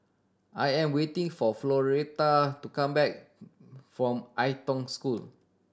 I am waiting for Floretta to come back from Ai Tong School